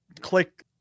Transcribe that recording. click